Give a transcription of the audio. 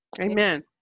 amen